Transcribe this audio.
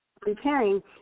preparing